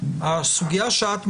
הסוגיה שאת מעלה,